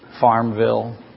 Farmville